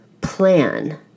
plan